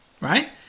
right